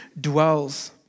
dwells